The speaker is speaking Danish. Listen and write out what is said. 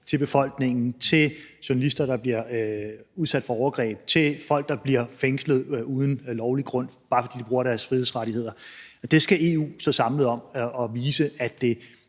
til befolkningen, til journalister, der bliver udsat for overgreb, til folk, der bliver fængslet uden lovlig grund, bare fordi de bruger deres frihedsrettigheder. Det skal EU stå samlet om at vise: at det